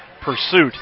pursuit